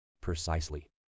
Precisely